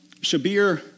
Shabir